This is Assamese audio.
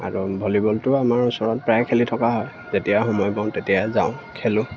আৰু ভলীবলটো আমাৰ ওচৰত প্ৰায় খেলি থকা হয় যেতিয়া সময় পাওঁ তেতিয়াই যাওঁ খেলোঁ